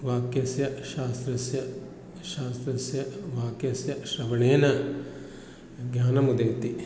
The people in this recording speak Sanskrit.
वाक्यस्य शास्त्रस्य शास्त्रस्य वाक्यस्य श्रवणेन ज्ञानम् उदेति